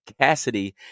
Cassidy